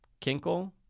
Kinkle